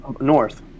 north